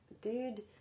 dude